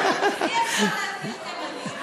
אי-אפשר להתקיל תימנים.